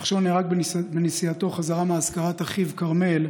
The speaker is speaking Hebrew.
נחשון נהרג בנסיעתו חזרה מאזכרת אחיו כרמל,